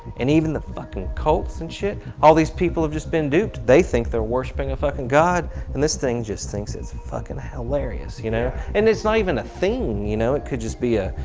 and even the fucking cults and shit, all these people have just been duped, they think they're worshipping a fucking god and this thing just thinks it's fucking hilarious, you know? and it's not even a thing, you know it could just be a.